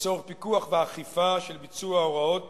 לצורך פיקוח ואכיפה של ביצוע הוראות